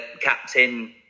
captain